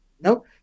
No